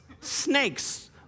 snakes